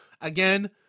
again